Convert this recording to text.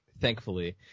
thankfully